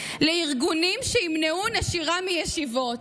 לארגונים שימנעו נשירה מישיבות.